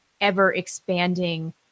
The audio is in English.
ever-expanding